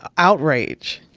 outrage.